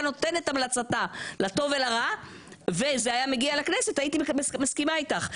נותנת המלצתה לטוב ולרע וזה היה מגיע לכנסת הייתי מסכימה איתך,